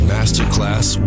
Masterclass